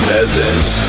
Peasants